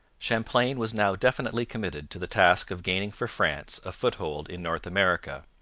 champlain was now definitely committed to the task of gaining for france a foothold in north america.